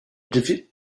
disease